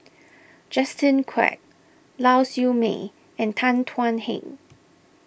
Justin Quek Lau Siew Mei and Tan Thuan Heng